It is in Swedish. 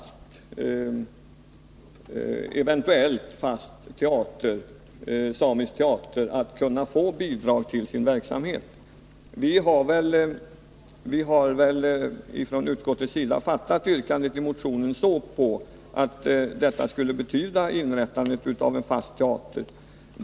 Fru talman! Utskottet har ju, som fru Marklund nämnde, faktiskt föreslagit att man prövar om Dal'vadis eller en eventuellt fast samisk teater kan få bidrag till verksamheten. Inom utskottet har vi väl fattat motionsyrkandet så, att det går ut på inrättandet av en fast teater.